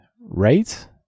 right